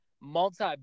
multi